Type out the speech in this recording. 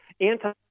anti